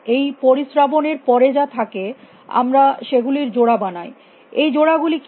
এই পরিস্রাবনের পরে যা থাকে আমরা সেগুলির জোড়া বানাই এই জোড়া গুলি কি